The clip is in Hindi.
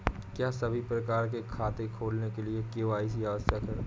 क्या सभी प्रकार के खाते खोलने के लिए के.वाई.सी आवश्यक है?